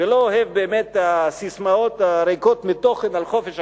ולא אוהב את הססמאות הריקות מתוכן על חופש אקדמי,